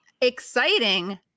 exciting